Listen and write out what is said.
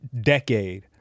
decade